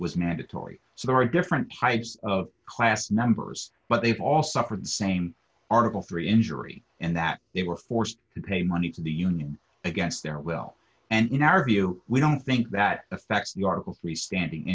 was mandatory so there are different types of class numbers but they've all suffered same article three injury and that they were forced to pay money to the union against their will and in our view we don't think that affects the article three standing